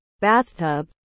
bathtub